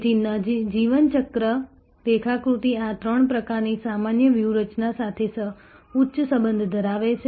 તેથી જીવન ચક્ર રેખાકૃતિ આ ત્રણ પ્રકારની સામાન્ય વ્યૂહરચના સાથે ઉચ્ચ સંબંધ ધરાવે છે